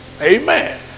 Amen